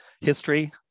history